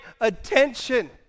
attention